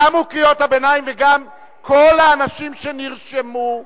וגם כל האנשים שנרשמו,